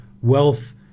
wealth